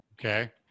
Okay